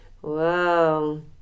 Whoa